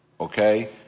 Okay